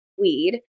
weed